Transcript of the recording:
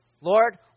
Lord